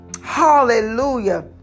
Hallelujah